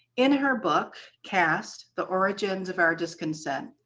in her book, caste the origins of our discontents,